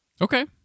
Okay